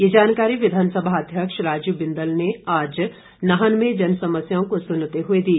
ये जानकारी विधानसभा अध्यक्ष राजीव बिंदल ने आज नाहन में जनसमस्याओं को सुनते हुए दी